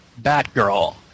Batgirl